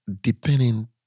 depending